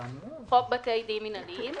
"חוק בתי דין מינהליים"